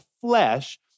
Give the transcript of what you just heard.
flesh